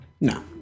No